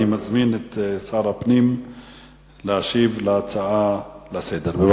אני מזמין את שר הפנים להשיב על ההצעות לסדר-היום.